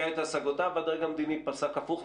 את השגותיו והדרג המדיני פסק הפוך,